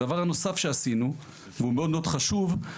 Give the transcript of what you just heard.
הדבר הנוסף שעשינו והוא חשוב מאוד,